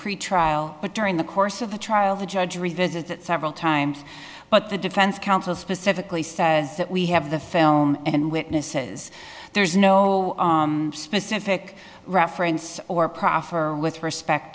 pretrial but during the course of the trial the judge revisit it several times but the defense counsel specifically says that we have the film and witnesses there's no specific reference or proffer with respect